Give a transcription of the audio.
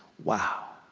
wow,